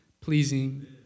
pleasing